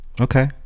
okay